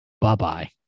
Bye-bye